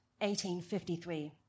1853